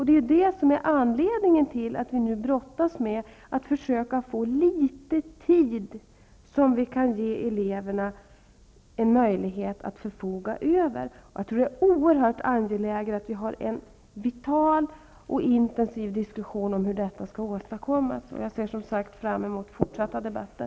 Det är det som är anledningen till att vi nu brottas med försök att ge eleverna litet tid som de har möjlighet att förfoga över. Jag tror att det är oerhört angeläget att vi har en vital och intensiv diskussion om hur detta skall åstadkommas. Jag ser, som sagt var, fram mot fortsatta debatter.